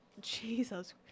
Jesus